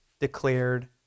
declared